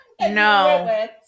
No